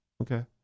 Okay